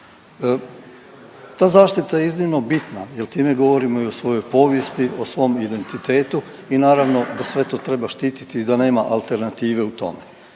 Ta zaštita je iznimno bitna jel time govorimo i o svojoj povijesti, o svom identitetu i naravno da sve to treba štititi da nema alternative u tome.